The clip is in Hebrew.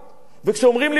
כשאומרים לי ברית ישנה,